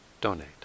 donate